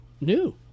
new